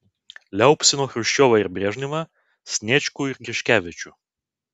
liaupsino chruščiovą ir brežnevą sniečkų ir griškevičių